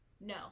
no